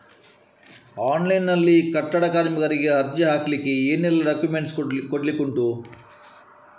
Online ನಲ್ಲಿ ಕಟ್ಟಡ ಕಾರ್ಮಿಕರಿಗೆ ಅರ್ಜಿ ಹಾಕ್ಲಿಕ್ಕೆ ಏನೆಲ್ಲಾ ಡಾಕ್ಯುಮೆಂಟ್ಸ್ ಕೊಡ್ಲಿಕುಂಟು?